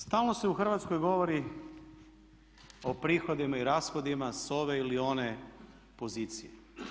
Stalno se u Hrvatskoj govori o prihodima i rashodima s ove ili one pozicije.